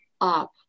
up